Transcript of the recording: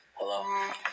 Hello